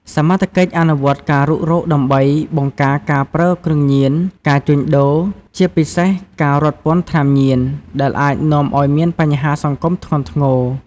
សមត្ថកិច្ចអនុវត្តការរុករកដើម្បី បង្ការការប្រើគ្រឿងញៀន ការជួញដូរ ជាពិសេសការរត់ពន្ធថ្នាំញៀន ដែលអាចនាំឱ្យមានបញ្ហាសង្គមធ្ងន់ធ្ងរ។